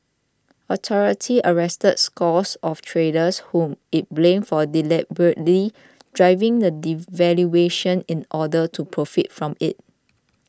authorities arrested scores of traders whom it blamed for deliberately driving the devaluation in order to profit from it